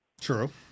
True